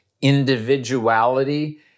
individuality